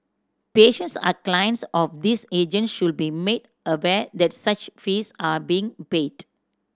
patients are clients of these agent should be made aware that such fees are being paid